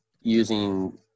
using